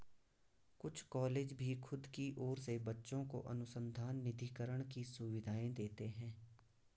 कुछ कॉलेज भी खुद की ओर से बच्चों को अनुसंधान निधिकरण की सुविधाएं देते हैं